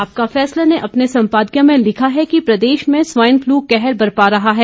आपका फैसला ने अपने संपादकीय में लिखा है प्रदेश में स्वाइन फलू कहर बरपा रहा है